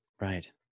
Right